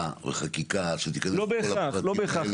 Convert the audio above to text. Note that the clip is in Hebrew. וחקיקה שתכנס את כול הפרטים -- לא בהכרח.